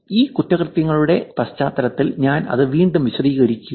എന്നാൽ ഇ കുറ്റകൃത്യങ്ങളുടെ പശ്ചാത്തലത്തിൽ ഞാൻ അത് വീണ്ടും വിശദീകരിക്കും